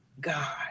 God